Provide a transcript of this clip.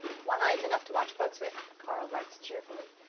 one eye is enough to watch bugs with carl writes cheerfully.